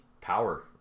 power